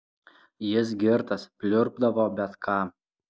jis girtas pliurpdavo bet ką